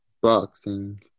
boxing